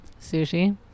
Sushi